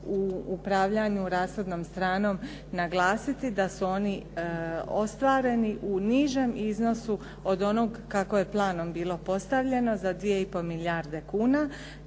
u upravljanju rashodnom stranom naglasiti da su oni ostvareni u nižem iznosu od onog kako je planom bilo postavljeno za 2,5 milijuna kuna